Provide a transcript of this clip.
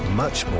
much